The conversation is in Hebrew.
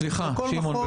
סליחה, שמעון.